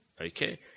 okay